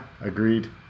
Agreed